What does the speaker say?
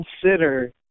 consider